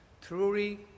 Truly